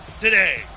Today